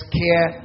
care